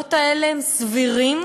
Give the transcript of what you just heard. והגבולות האלה הם סבירים,